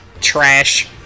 Trash